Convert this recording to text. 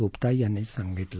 गुप्ता यांनी सांगितलं